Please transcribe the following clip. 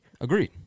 Agreed